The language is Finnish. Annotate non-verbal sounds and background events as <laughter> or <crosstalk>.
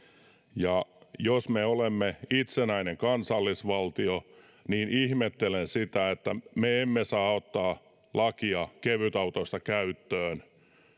<unintelligible> jos me olemme itsenäinen kansallisvaltio niin ihmettelen sitä että me emme saa ottaa lakia kevytautoista käyttöön